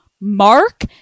mark